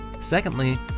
Secondly